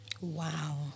Wow